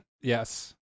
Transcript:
Yes